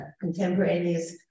contemporaneous